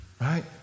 Right